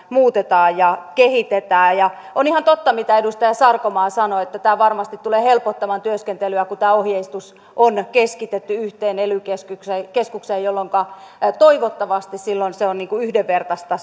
muutetaan ja kehitetään on ihan totta mitä edustaja sarkomaa sanoi että tämä varmasti tulee helpottamaan työskentelyä kun tämä ohjeistus on keskitetty yhteen ely keskukseen keskukseen jolloinka toivottavasti se tulkinta on yhdenvertaista